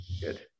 Good